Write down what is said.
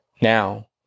now